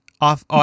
off